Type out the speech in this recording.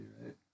right